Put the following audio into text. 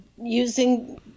using